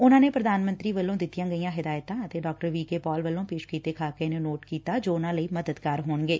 ਉਨੂਾਂ ਨੇ ਪ੍ਰਧਾਨ ਮੰਤਰੀ ਵੱਲੋਂ ਦਿਤੀਆਂ ਹਦਾਇਤਾ ਅਤੇ ਡਾ ਵੀ ਕੇ ਪਾੱਲ ਵੱਲੋ ਂ ਪੇਸ਼ ਕੀਤੇ ਖਾਕੇ ਨੂੰ ਨੋਟ ਕੀਤਾ ਜੋ ਉਨ੍ਹਾ ਲਈ ਮਦਦਗਾਰ ਹੋਣਗੇ